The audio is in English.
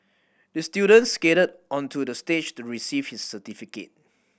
the student skated onto the stage to receive his certificate